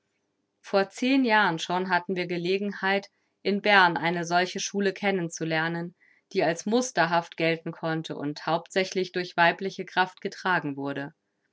vor zehn jahren schon hatten wir gelegenheit in bern eine solche schule kennen zu lernen die als musterhaft gelten konnte und hauptsächlich durch weibliche kraft getragen wurde